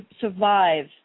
survive